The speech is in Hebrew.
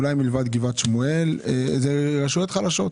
אולי מלבד גבעת שמואל, זה רשויות חלשות.